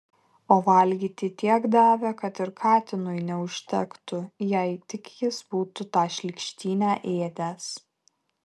o valgyti tiek davė kad ir katinui neužtektų jei tik jis būtų tą šlykštynę ėdęs